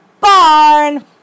barn